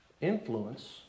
influence